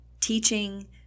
teaching